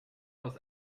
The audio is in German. aus